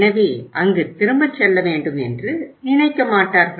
எனவே அங்கு திரும்ப செல்லவேண்டும் என்று நினைக்கமாட்டார்கள்